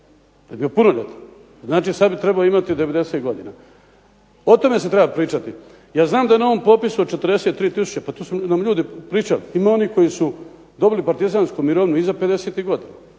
je bio punoljetan. Znači sad bi trebao imati 90 godina. O tome se treba pričati. Ja znam da je na ovom popisu od 43000 pa to su nam ljudi pričali. Ima onih koji su dobili partizansku mirovinu iza pedesetih